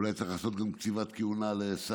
אולי צריך לעשות גם קציבת כהונה לשרים,